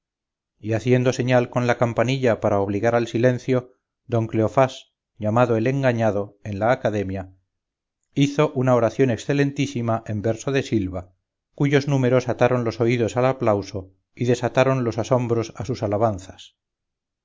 y haciendo señal con la campanilla para obligar al silencio don cleofás llamado el engañado en la academia hizo una oración excelentísima en verso de silva cuyos números ataron los oídos al aplauso y desataron los asombros a sus alabanzas